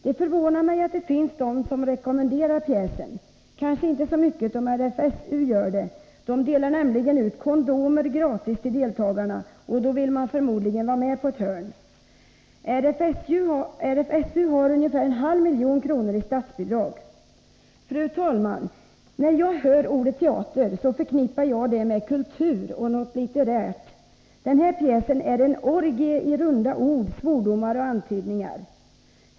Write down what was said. Det förvånar mig att det finns de som rekommenderar pjäsen. Jag är kanske inte så förvånad över att RFSU gör det; det delar nämligen ut kondomer gratis till deltagarna, och då vill man förmodligen vara med på ett hörn. RFSU har ungefär en halv miljon kronor i statsbidrag. Fru talman! När jag hör ordet teater förknippar jag det med kultur och med något litterärt. Den här pjäsen är en orgie i runda ord, svordomar och antydningar.